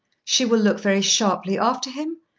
she will look very sharply after him,